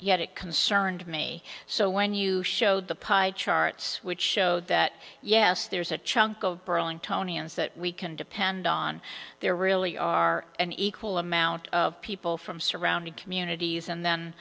yet it concerned me so when you showed the pie charts which showed that yes there's a chunk of brawling tony and that we can depend on there really are an equal amount of people from surrounding communities and then